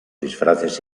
disfraces